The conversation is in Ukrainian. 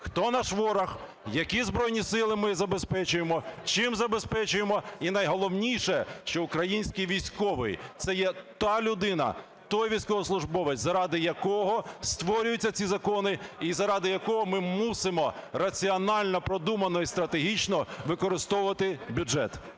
хто наш ворог, які збройні сили ми забезпечуємо, чим забезпечуємо. І найголовніше, що український військовий – це є та людина, той військовослужбовець, заради якого створюються ці закони і заради якого ми мусимо раціонально продумано і стратегічно використовувати бюджет.